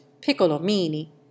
Piccolomini